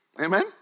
Amen